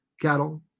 cattle